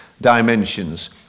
dimensions